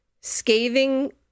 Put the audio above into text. scathing